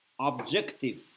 objective